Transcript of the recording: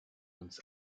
uns